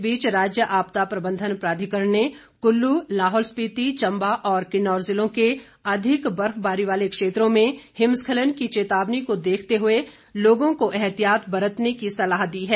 इस बीच राज्य आपदा प्रबंधन प्राधिकरण ने कुल्लू लाहौल स्पिति चंबा और किन्नौर ज़िलों के अधिक बर्फबारी वाले क्षेत्रों में हिमस्खलन की चेतावनी को देखते हुए लोगों को एहतियात बरतने की सलाह दी है